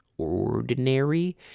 ordinary